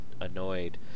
annoyed